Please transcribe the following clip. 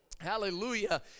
Hallelujah